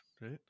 right